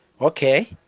Okay